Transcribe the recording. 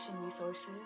resources